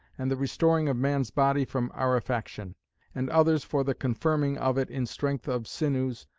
and the restoring of man's body from arefaction and others for the confirming of it in strength of sinewes,